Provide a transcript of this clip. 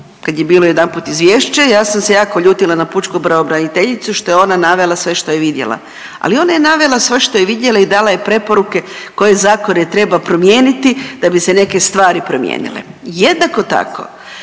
kad je bilo jedanput izvješće ja sam se jako ljutila na pučku pravobraniteljicu što je ona navela sve što je vidjela, ali ona je navela sve što je vidjela i dala je preporuke koje zakone treba promijeniti da bi se neke stvari promijenile. Jednako tako